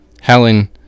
Helen